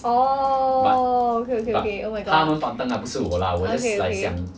orh okay okay okay oh my god okay okay